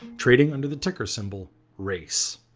trading under the ticker symbol race.